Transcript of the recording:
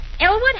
Elwood